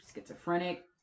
schizophrenic